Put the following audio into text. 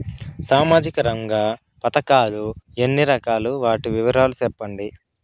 సామాజిక రంగ పథకాలు ఎన్ని రకాలు? వాటి వివరాలు సెప్పండి